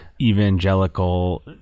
evangelical